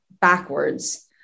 backwards